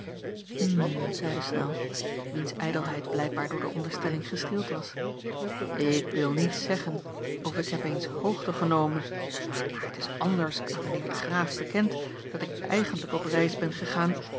hm zeide snel wiens ijdelheid blijkbaar door de onderstelling gestreeld was ik wil niet zeggen of ik heb eens hoogte genomen maar t is anders aan mijn heer den graaf bekend dat ik eigentlijk op reis ben gegaan